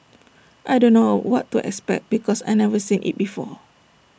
I don't know what to expect because I've never seen IT before